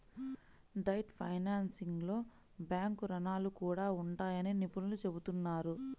debt ఫైనాన్సింగ్లో bank రుణాలు కూడా ఉంటాయని నిపుణులు చెబుతున్నారు